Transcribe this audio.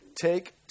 Take